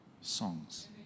songs